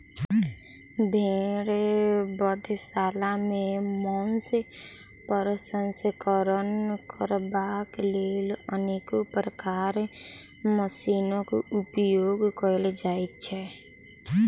भेंड़ बधशाला मे मौंस प्रसंस्करण करबाक लेल अनेको प्रकारक मशीनक उपयोग कयल जाइत छै